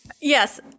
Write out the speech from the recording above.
Yes